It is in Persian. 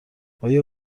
آیا